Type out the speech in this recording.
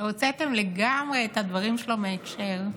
שהוצאתם לגמרי את הדברים שלו מהקשר,